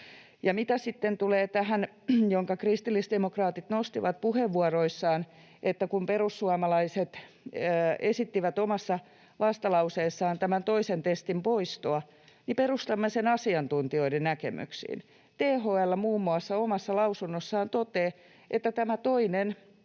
mitä sitten tulee tähän, minkä kristillisdemokraatit nostivat puheenvuoroissaan, että perussuomalaiset esittivät omassa vastalauseessaan tämän toisen testin poistoa, niin perustamme sen asiantuntijoiden näkemyksiin. THL muun muassa omassa lausunnossaan to-teaa tästä toisesta